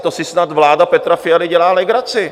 To si snad vláda Petra Fialy dělá legraci!